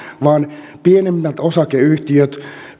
vaan pienempien osakeyhtiöiden